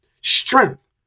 strength